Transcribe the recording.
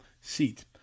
seat